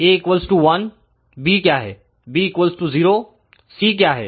A1 B क्या है